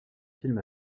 films